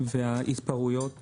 וההתפרעויות במועדונים,